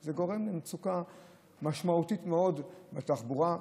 זה גורם למצוקה משמעותית מאוד בתחבורה,